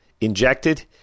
injected